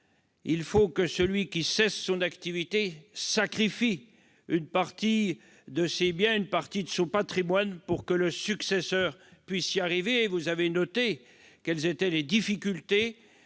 il faut que celui qui cesse son activité sacrifie une partie de ses biens, de son patrimoine, afin que son successeur puisse y arriver. Vous savez tous quelles sont les difficultés